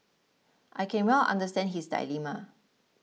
I can well understand his dilemma